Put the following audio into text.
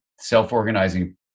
self-organizing